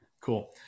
cool